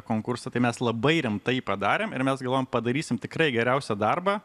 konkursą tai mes labai rimtai jį padarėm ir mes galvojom padarysim tikrai geriausią darbą